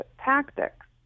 tactics